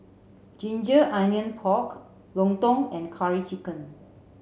ginger onions pork lontong and curry chicken